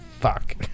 Fuck